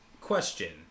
question